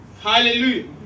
hallelujah